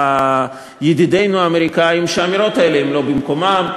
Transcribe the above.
לידידינו האמריקנים שהאמירות האלה הן לא במקומן,